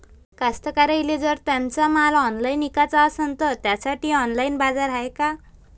कास्तकाराइले जर त्यांचा माल ऑनलाइन इकाचा असन तर त्यासाठी ऑनलाइन बाजार हाय का?